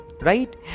right